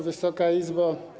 Wysoka Izbo!